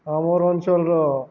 ଆମର୍ ଅଞ୍ଚଳର